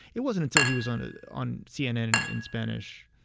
it wasn't until he was on ah on cnn in spanish,